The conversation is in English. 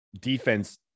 defense